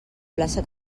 plaça